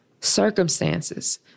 circumstances